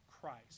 Christ